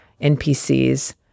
NPCs